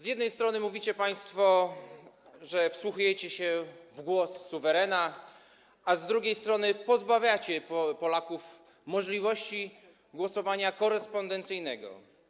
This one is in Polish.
Z jednej strony mówicie państwo, że wsłuchujecie się w głos suwerena, a z drugiej strony pozbawiacie Polaków możliwości głosowania korespondencyjnego.